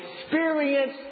experience